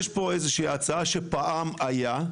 יש פה איזושהי הצעה שפעם הייתה.